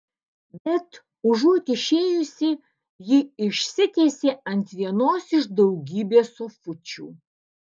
bet užuot išėjusi ji išsitiesė ant vienos iš daugybės sofučių